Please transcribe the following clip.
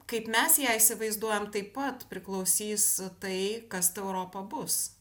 kaip mes ją įsivaizduojam taip pat priklausys tai kas ta europa bus